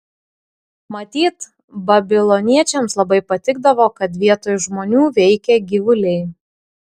matyt babiloniečiams labai patikdavo kad vietoj žmonių veikia gyvuliai